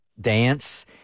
dance